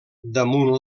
damunt